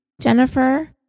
Jennifer